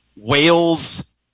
wales